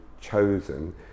chosen